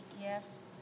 yes